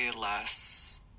less